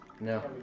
No